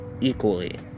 equally